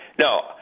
No